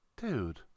dude